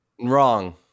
Wrong